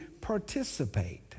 participate